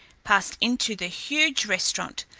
passed into the huge restaurant,